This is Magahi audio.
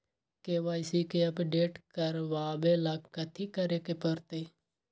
के.वाई.सी के अपडेट करवावेला कथि करें के परतई?